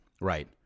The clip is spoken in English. Right